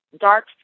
dark